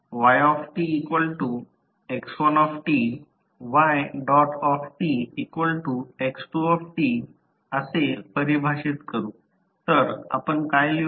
आपण ytx1t ytx2t असे परिभाषित करू